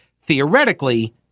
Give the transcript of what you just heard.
Theoretically